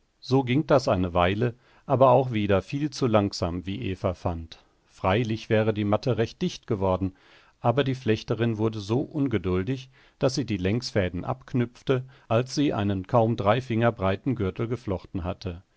so ging das eine weile aber auch wieder viel zu langsam wie eva fand freilich wäre die matte recht dicht geworden aber die flechterin wurde so ungeduldig daß sie die längsfäden abknüpfte als sie einen kaum drei finger breiten gürtel geflochten hatte